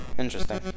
interesting